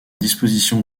disposition